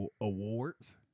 awards